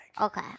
Okay